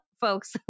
folks